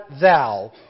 thou